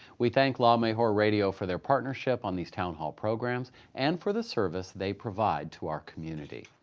we thank la mejor radio for their partnership on these town hall programs, and for the service they provide to our community.